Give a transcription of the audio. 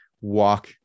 walk